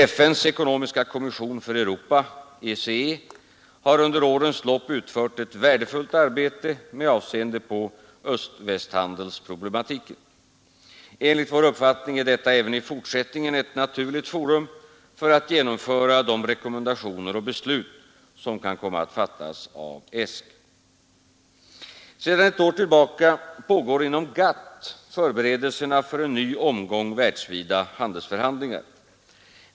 FN:s ekonomiska kommission för Europa, ECE, har under årens lopp utfört ett värdefullt arbete med avseende på öst-västhandelsproblematiken. Enligt vår uppfattning är detta även i fortsättningen ett naturligt forum för att genomföra de rekommendationer och beslut som kan komma att fattas av ESK. Sedan ett år tillbaka pågår inom GATT förberedelserna för en ny omgång världsvida handelsförhandlingar.